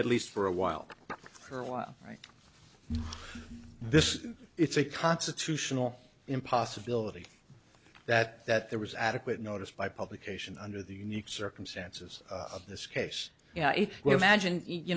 at least for a while for a while right this it's a constitutional in possibility that that there was adequate notice by publication under the unique circumstances of this case